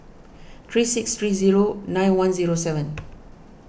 three six three zero nine one zero seven